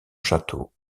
château